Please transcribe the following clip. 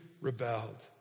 rebelled